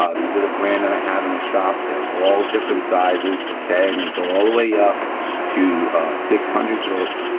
these are the brand that i have in the shop, they're all different sizes, okay? and they go all the way up to six hundred grits,